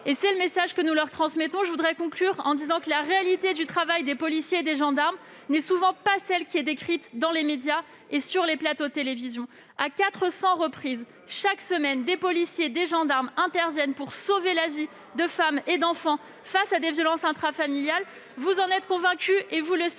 dans l'enceinte même de l'établissement. Je souhaiterais conclure en disant que la réalité du travail des policiers et des gendarmes n'est souvent pas celle qui est décrite dans les médias et sur les plateaux de télévision. À 400 reprises, chaque semaine, des policiers et des gendarmes interviennent pour sauver la vie de femmes et d'enfants confrontés à des violences intrafamiliales. Mais ce n'est pas la